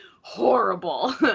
horrible